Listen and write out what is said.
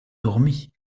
dormi